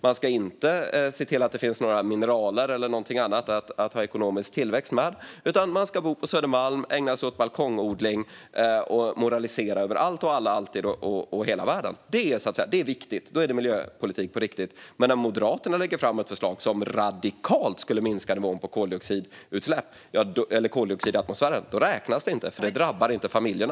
Man ska inte se till att det finns några mineral eller någonting annat att ha ekonomisk tillväxt med, utan man ska bo på Södermalm, ägna sig åt balkongodling och moralisera över allt och alla - alltid och i hela världen. Det är viktigt. Då är det miljöpolitik på riktigt. Men när Moderaterna lägger fram ett förslag som radikalt skulle minska nivån på koldioxid i atmosfären räknas det inte, för det drabbar inte familjerna.